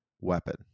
weapon